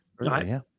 right